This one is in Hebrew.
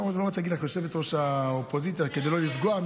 אני לא רוצה להגיד לך ראש האופוזיציה כדי לא לפגוע,